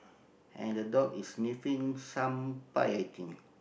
and the dog is sniffing some pie I think